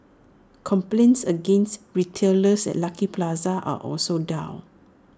complaints against retailers at Lucky Plaza are also down